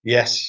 Yes